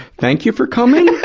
thank you for coming?